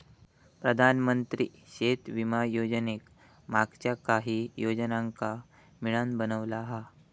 प्रधानमंत्री शेती विमा योजनेक मागच्या काहि योजनांका मिळान बनवला हा